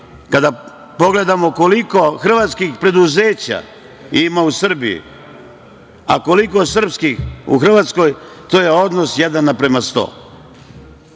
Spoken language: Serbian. kada pogledamo koliko Hrvatskih preduzeća ima u Srbiji, a koliko srpskih u Hrvatskoj, to je odnos jedan prema sto.